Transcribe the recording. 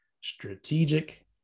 strategic